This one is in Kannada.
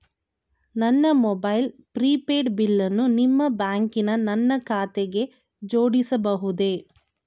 ನನ್ನ ಮೊಬೈಲ್ ಪ್ರಿಪೇಡ್ ಬಿಲ್ಲನ್ನು ನಿಮ್ಮ ಬ್ಯಾಂಕಿನ ನನ್ನ ಖಾತೆಗೆ ಜೋಡಿಸಬಹುದೇ?